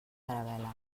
caravel·la